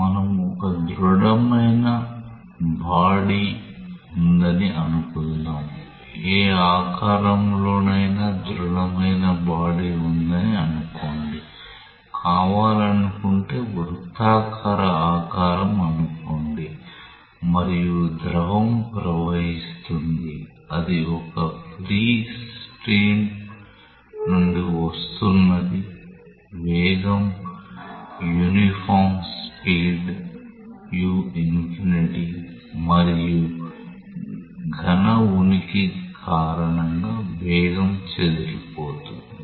మనము ఒక ధృడమైన బాడీ ఉందని అనుకొందాం ఏ ఆకారంలోనైనా ధృడమైన బాడీ వుందని అనుకోండి కావాలనుకుంటే వృత్తాకార ఆకారం అనుకోండి మరియు ద్రవం ప్రవహిస్తోంది అది ఒక ఫ్రీ స్ట్రీమ్ నుండి వస్తున్నది వేగం యూనిఫామ్ స్పీడ్ u∞ మరియు ఘన ఉనికి కారణంగా వేగం చెదిరిపోతుంది